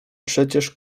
przecież